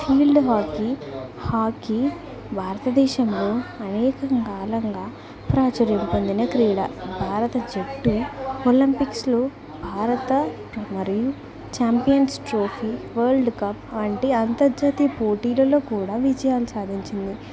field hockey hockey భారతదేశంలో అనేక కాలంగా ప్రాచుర్యం పొందిన క్రీడ భారత జట్టు ఒలంపిక్స్లో భారత మరియు ఛాంపియన్స్ ట్రోఫీ వరల్డ్ కప్ వంటి అంతర్జాతీయ పోటీలలో కూడా విజయాలు సాధించింది